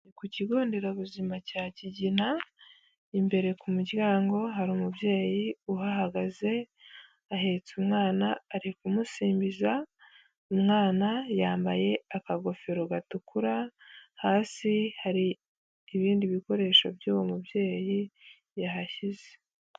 Ku kigonderabuzima cya Kigina imbere ku muryango hari umubyeyi uhahagaze. Ahetse umwana, arikumusimbiza. Umwana yambaye akagofero gatukura. Hasi hari ibindi bikoresho by'uwo mubyeyi yahashyize.